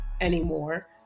anymore